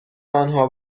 آنها